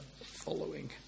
following